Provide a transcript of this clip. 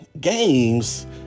games